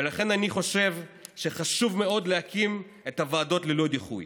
ולכן אני חושב שחשוב מאוד להקים את הוועדות ללא דיחוי